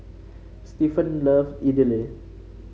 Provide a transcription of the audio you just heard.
Stephon love Idili